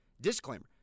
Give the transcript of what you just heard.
Disclaimer